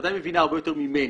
בוודאי מבינה הרבה יותר ממני,